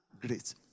great